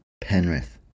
Penrith